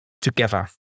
together